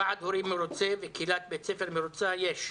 ועד הורים מרוצה וקהילת בית ספר מרוצה יש,